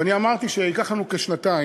ואני אמרתי שזה ייקח לנו כשנתיים.